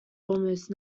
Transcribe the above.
almost